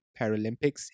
Paralympics